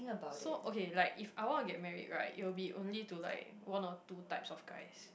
so okay like if I wanna get married right it will be only to like one or two types of guys